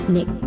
Nick